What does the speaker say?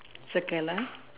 circle ah